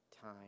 time